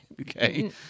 Okay